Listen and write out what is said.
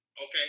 Okay